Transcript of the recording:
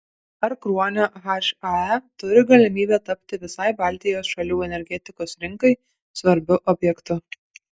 ar kruonio hae turi galimybę tapti visai baltijos šalių energetikos rinkai svarbiu objektu